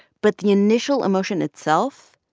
but the initial emotion itself,